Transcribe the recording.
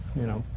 you know,